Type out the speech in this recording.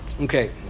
Okay